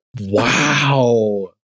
wow